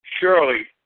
Surely